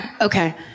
Okay